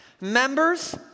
Members